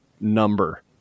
number